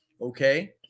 okay